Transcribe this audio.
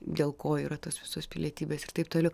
dėl ko yra tos visos pilietybės ir taip toliau